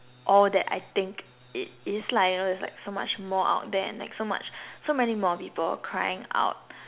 all that I think it is lah you know it's like so much more out there and like so much so many more people crying out